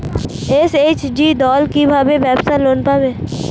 SHG দল কী ভাবে ব্যাবসা লোন পাবে?